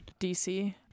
DC